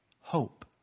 hope